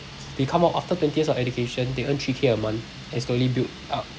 they come out after twenty years of education they earn three K a month and slowly build up